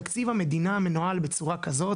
תקציב המדינה מנוהל בצורה כזאת,